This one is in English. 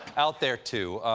out there, too.